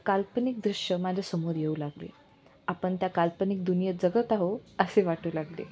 काल्पनिक दृश्य माझ्यासमोर येऊ लागले आपण त्या काल्पनिक दुनियेत जगत आहो असे वाटू लागले